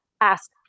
ask